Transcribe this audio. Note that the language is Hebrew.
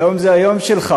היום זה היום שלך.